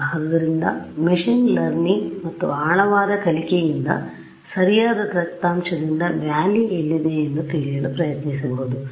ಅಲ್ಲ ಆದ್ದರಿಂದ machine learningಮೆಷಿನ್ ಲರ್ನಿನಿಂಗ್ ಮತ್ತು ಆಳವಾದ ಕಲಿಕೆ ಯಿಂದ ಸರಿಯಾದ ದತ್ತಾಂಶದಿಂದ ವ್ಯಾಲಿ ಎಲ್ಲಿದೆ ಎಂದು ತಿಳಿಯಲು ಪ್ರಯತ್ನಿಸಬಹುದು